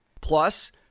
Plus